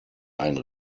einen